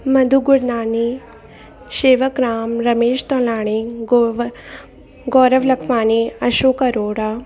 मधु गुरनानी शेवक राम रमेश तोलाणी गोव गौरव लखवानी अशोक अरोड़ा